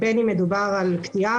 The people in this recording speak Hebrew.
בין אם מדובר על קטיעה,